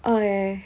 okay